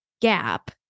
gap